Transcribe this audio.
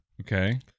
Okay